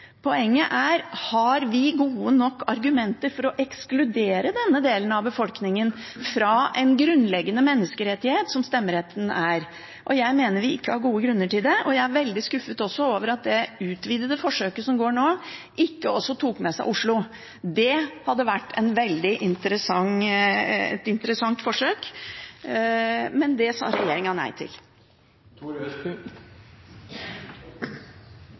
Poenget er: Har vi gode nok argumenter for å ekskludere denne delen av befolkningen fra en grunnleggende menneskerettighet som stemmeretten er? Jeg mener vi ikke har gode grunner til det. Jeg er også veldig skuffet over at det utvidete forsøket som nå pågår, ikke også tok med seg Oslo. Det hadde vært et veldig interessant forsøk, men det sa regjeringen nei til.